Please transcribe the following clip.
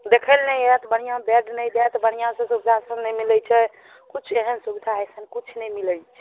देखय लए नहि आयत बढ़िऑ बेड नहि देत बढ़िआँ से दू गो आसन नहि मिलै छै किछु एहन सुविधा एखन किछु नहि मिलै छै